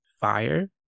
fire